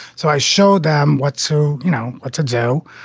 so i showed them what? so you know what to do.